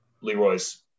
Leroy's